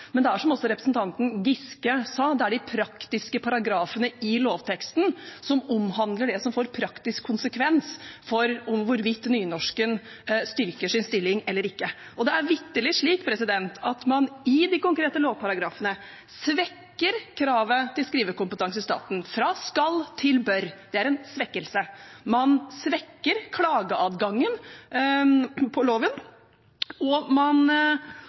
men det er som også representanten Giske sa: Det er de praktiske paragrafene i lovteksten som omhandler det som får praktisk konsekvens for hvorvidt nynorsken styrker sin stilling eller ikke. Det er vitterlig slik at man i de konkrete lovparagrafene svekker kravet til skrivekompetanse i staten, fra «skal» til «bør». Det er en svekkelse. Man svekker klageadgangen i loven, og man